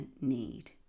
need